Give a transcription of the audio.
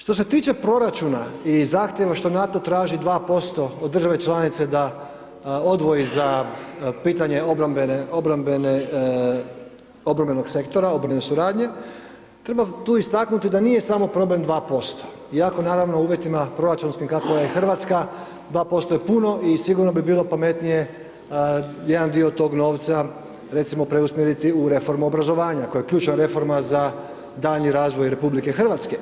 Što se tiče proračuna i zahtjeva što NATO traži 2% od države članice da odvoji za pitanje obrambenog sektora, obrambene suradnje, treba tu istaknuti da nije samo problem 2% iako naravno u uvjetima proračunskim kakva je RH, 2% je puno i sigurno bi bilo pametnije jedan dio tog novca recimo, preusmjeriti u reformu obrazovanja koja je ključna reforma za daljnji razvoj RH.